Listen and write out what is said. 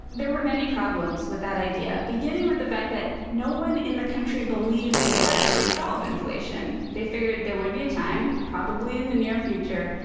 there were many problems with that idea, beginning with the fact that no one in the country believed it would actually solve inflation. they figured there would be a time, probably in the near future,